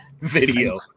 video